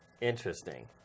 Interesting